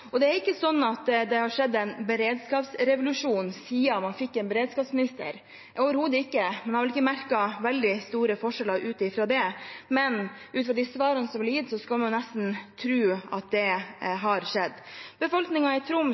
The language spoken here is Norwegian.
og det fortjener også befolkningen i Nord-Norge. Det er ikke sånn at det har skjedd en beredskapsrevolusjon siden man fikk en beredskapsminister – overhodet ikke. Man har vel ikke merket veldig store forskjeller av det, men ut fra de svarene som blir gitt, skulle man nesten tro at det hadde skjedd. Befolkningen i Troms